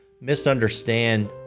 misunderstand